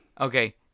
Okay